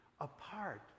apart